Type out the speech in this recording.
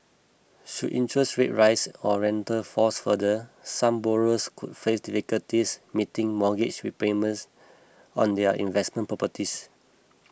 should interest rate rise or rental falls further some borrowers could face difficulties meeting mortgage repayments on their investment properties